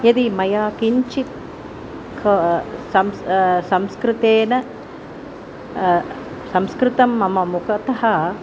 यदि मया किञ्चित् क संस् संस्कृतेन संस्कृतं मम मुखतः